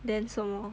then 什么